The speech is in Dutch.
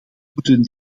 moeten